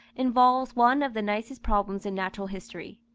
involves one of the nicest problems in natural history.